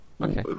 Okay